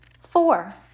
Four